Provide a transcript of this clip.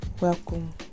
welcome